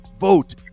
vote